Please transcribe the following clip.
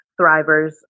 Thrivers